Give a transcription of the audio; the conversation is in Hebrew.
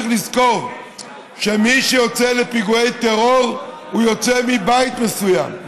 צריך לזכור שמי שיוצא לפיגועי טרור יוצא מבית מסוים,